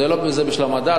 זה בשביל המדע?